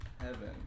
heaven